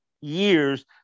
years